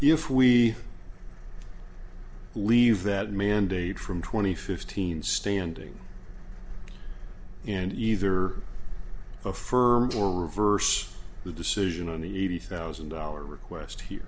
if we leave that mandate from twenty fifteen standing and either affirmed or reverse the decision on the eighty thousand dollars request here